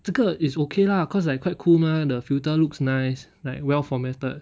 这个 is okay lah cause like quite cool mah the filter looks nice like well formatted